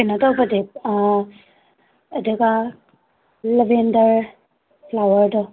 ꯀꯩꯅꯣ ꯇꯧꯕꯗꯤ ꯑꯗꯨꯒ ꯂꯦꯕꯦꯟꯗꯔ ꯐ꯭ꯂꯥꯋꯥꯔꯗꯣ